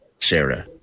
Sarah